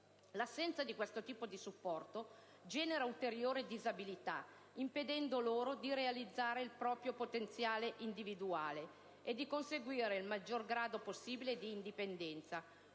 L'assenza di questo tipo di supporto genera ulteriore disabilità, impedendo loro di realizzare il proprio potenziale individuale e di conseguire il maggior grado possibile di indipendenza,